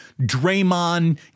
Draymond